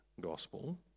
gospel